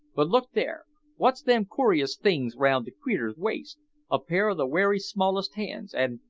but look there wot's them coorious things round the creetur's waist a pair o' the werry smallest hands and,